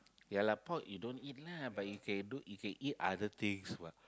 ya lah pork you don't eat lah but you can don't you can eat other things what